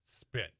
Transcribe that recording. spit